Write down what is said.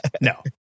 no